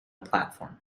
platform